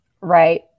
Right